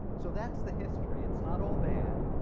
so that's the history. it's not all bad,